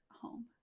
home